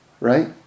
Right